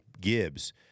Gibbs